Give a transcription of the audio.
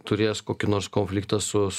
turės kokį nors konfliktą su